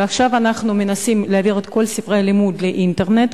ועכשיו אנחנו מנסים להעביר את כל ספרי הלימוד לאינטרנט.